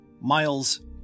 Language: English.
Miles